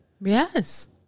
Yes